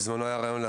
היה בזמנו רעיון,